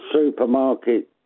supermarket